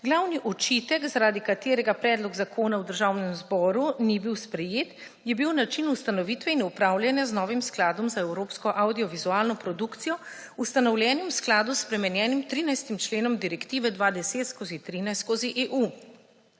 Glavni očitek, zaradi katerega predlog zakona v Državnem zboru ni bil sprejet, je bil način ustanovitve in upravljanja z novim skladom za evropsko avdiovizualno produkcijo, ustanovljenim v skladu s spremenjenim 13. členom Direktive 2010/13/EU.